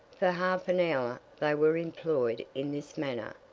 for half an hour they were employed in this manner,